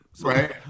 right